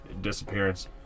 disappearance